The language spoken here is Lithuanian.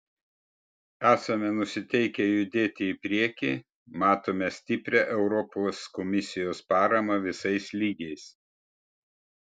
esame nusiteikę judėti į priekį matome stiprią europos komisijos paramą visais lygiais